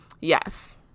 yes